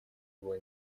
было